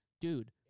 Dude